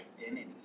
identity